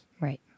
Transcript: Right